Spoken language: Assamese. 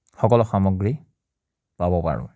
সকলো সামগ্ৰী পাব পাৰোঁ